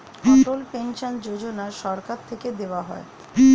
অটল pension Yojana সরকার থেকে দেওয়া হয়